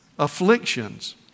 afflictions